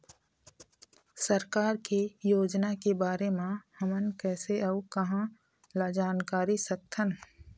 सरकार के योजना के बारे म हमन कैसे अऊ कहां ल जानकारी सकथन?